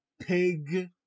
pig